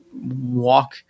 walk